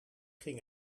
ging